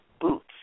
boots